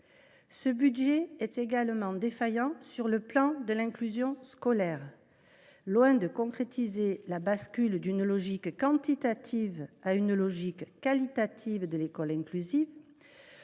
Ce budget est également défaillant sur le plan de l’inclusion scolaire. Loin de concrétiser la bascule d’une logique quantitative vers une logique qualitative en matière d’école inclusive,